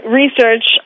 research